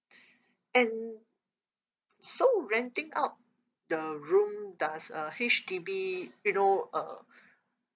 and so renting out the room does uh H_D_B you know uh